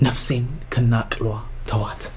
nothing cannot thought